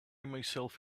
myself